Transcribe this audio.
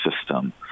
system